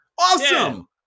Awesome